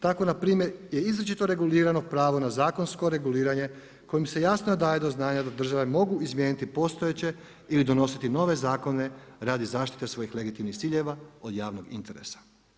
Tako npr. je izričito regulirano pravo na zakonsko reguliranje kojim se jasno daje do znanja da države mogu izmijeniti postojeće ili donositi nove zakone radi zaštite svojih legitimni ciljeva od javnog interesa.